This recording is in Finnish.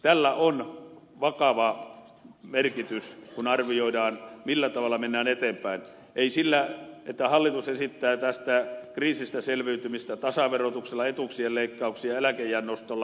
tällä on vakava merkitys kun arvioidaan millä tavalla mennään eteenpäin ei sillä että hallitus esittää tästä kriisistä selviytymistä tasaverotuksella etuuksien leikkauksia eläkeiän nostolla